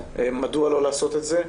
מדוע לא לעשות את זה?